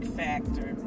factor